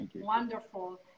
wonderful